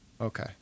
Okay